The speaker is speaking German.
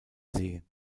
see